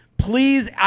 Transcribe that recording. Please